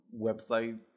website